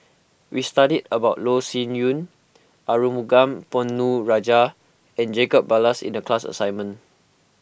we studied about Loh Sin Yun Arumugam Ponnu Rajah and Jacob Ballas in the class assignment